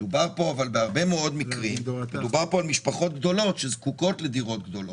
אבל בהרבה מאוד מקרים מדובר פה על משפחות גדולות שזקוקות לדירות גדולות,